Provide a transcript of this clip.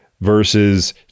Versus